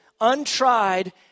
untried